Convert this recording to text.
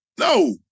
No